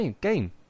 game